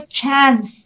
chance